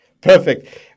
Perfect